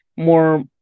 more